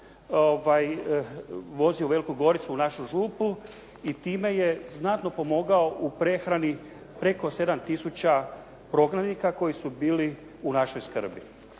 vozio u Veliku Goricu u našu župu i time je znatno pomogao u prehrani preko 7 tisuća progranika koji su bili u našoj skrbi.